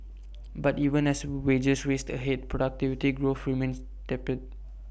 but even as wages raced ahead productivity growth remains tepid